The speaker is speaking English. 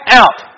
out